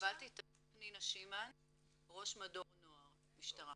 הובלתי --- אני ראש מדור נוער במשטרה.